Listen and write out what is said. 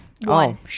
One